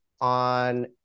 on